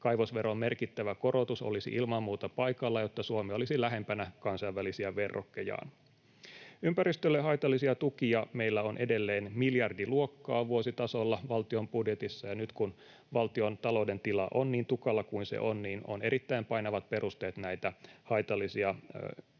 Kaivosveron merkittävä korotus olisi ilman muuta paikallaan, jotta Suomi olisi lähempänä kansainvälisiä verrokkejaan. Ympäristölle haitallisia tukia meillä on edelleen miljardiluokkaa vuositasolla valtion budjetissa, ja nyt kun valtiontalouden tila on niin tukala kuin se on, on erittäin painavat perusteet näitä haitallisia